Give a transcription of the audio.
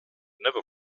never